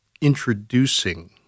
introducing